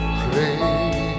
pray